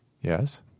Yes